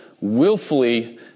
willfully